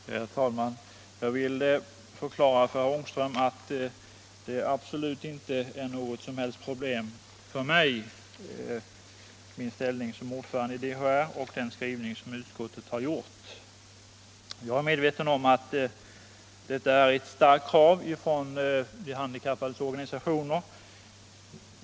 Herr talman! Jag vill förklara för herr Ångström att det absolut inte är något som helst problem för mig i min ställning som ordförande i DHR att godta den skrivning utskottet här har gjort. Jag är medveten om att detta är ett starkt krav från de handikappades organisationer.